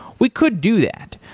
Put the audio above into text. we could do that.